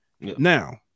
Now